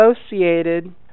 associated